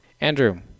Andrew